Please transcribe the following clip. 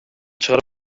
чыгарып